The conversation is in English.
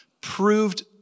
proved